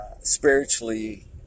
spiritually